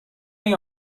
این